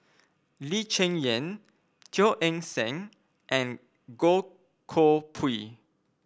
Lee Cheng Yan Teo Eng Seng and Goh Koh Pui